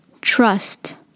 Trust